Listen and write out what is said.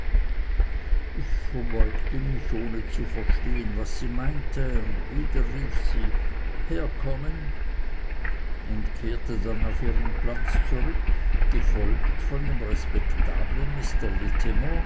ich verbeugte mich ohne zu verstehen was sie meinte und wieder rief sie herkommen und kehrte dann auf ihren platz zurück gefolgt von dem respektablen mr